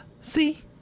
See